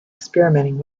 experimenting